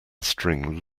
string